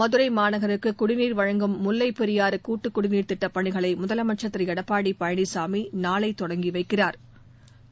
மதுரை மாநகருக்கு குடிநீர் வழங்கும் முல்லை பெரியாறு கூட்டு குடிநீர் திட்டப் பணிகளை முதலமைச்சா் திரு எடப்பாடி பழனிசாமி நாளை தொடங்கி வைக்கிறாா்